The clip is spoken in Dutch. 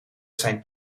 zijn